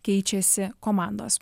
keičiasi komandos